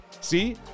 See